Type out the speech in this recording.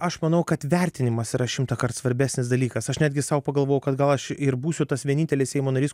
aš manau kad vertinimas yra šimtąkart svarbesnis dalykas aš netgi sau pagalvojau kad gal aš ir būsiu tas vienintelis seimo narys